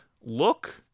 look